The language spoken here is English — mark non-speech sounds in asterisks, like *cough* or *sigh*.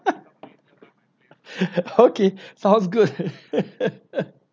*laughs* okay sounds good